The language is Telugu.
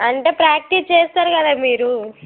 అంటే ప్రాక్టీస్ చేస్తారు కదా మీరూ